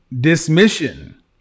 dismission